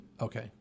Okay